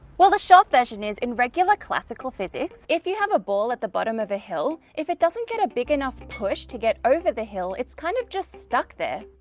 well the short version is in regular classical physics if you have a ball at the bottom of a hill, if it doesn't get a big enough push to get over the hill it's kind of just stuck there.